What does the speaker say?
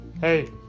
hey